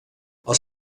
els